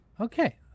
Okay